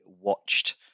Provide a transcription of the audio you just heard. watched